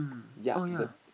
ya the